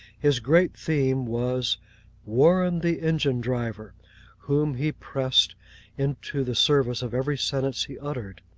his great theme was warren the engine driver whom he pressed into the service of every sentence he uttered.